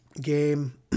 game